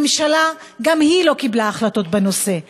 הממשלה גם היא לא קיבלה החלטות בנושא.